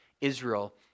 israel